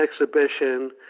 exhibition